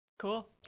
Cool